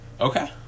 Okay